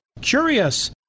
curious